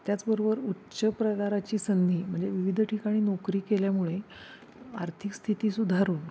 त्याचबरोबर उच्च प्रकाराची संधी म्हणजे विविध ठिकाणी नोकरी केल्यामुळे आर्थिक स्थिती सुधारून